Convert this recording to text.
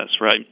right